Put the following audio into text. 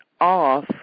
off